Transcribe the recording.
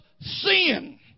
sin